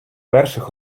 перших